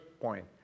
point